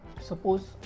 suppose